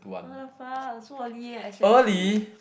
what-the-fuck so early I slept at three